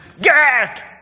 Get